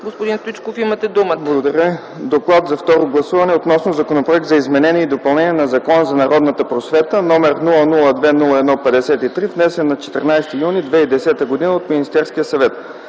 Господин Стоичков, имате думата. ДОКЛАДЧИК ОГНЯН СТОИЧКОВ: Благодаря. Доклад за второ гласуване относно Законопроект за изменение и допълнение на Закона за народната просвета, № 002-01-53, внесен на 14 юни 2010 г. от Министерския съвет: